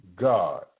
God